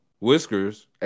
Whiskers